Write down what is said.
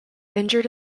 injured